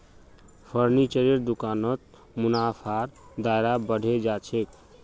फर्नीचरेर दुकानत मुनाफार दायरा बढ़े जा छेक